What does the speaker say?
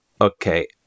Okay